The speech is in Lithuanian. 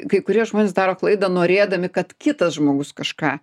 kai kurie žmonės daro klaidą norėdami kad kitas žmogus kažką